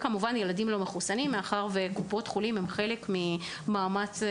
כמובן שילדים לא מחוסנים הם חלק ממאמץ